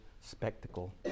spectacle